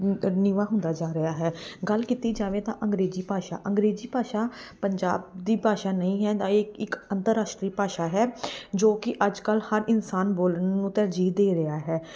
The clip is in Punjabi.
ਨੀਵਾਂ ਹੁੰਦਾ ਜਾ ਰਿਹਾ ਹੈ ਗੱਲ ਕੀਤੀ ਜਾਵੇ ਤਾਂ ਅੰਗਰੇਜ਼ੀ ਭਾਸ਼ਾ ਅੰਗਰੇਜ਼ੀ ਭਾਸ਼ਾ ਪੰਜਾਬ ਦੀ ਭਾਸ਼ਾ ਨਹੀਂ ਹੈ ਦ ਇਹ ਇੱਕ ਅੰਤਰਰਾਸ਼ਟਰੀ ਭਾਸ਼ਾ ਹੈ ਜੋ ਕਿ ਅੱਜ ਕੱਲ੍ਹ ਹਰ ਇਨਸਾਨ ਬੋਲਣ ਨੂੰ ਤਰਜੀਹ ਦੇ ਰਿਹਾ ਹੈ